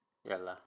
ya lah